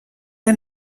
ein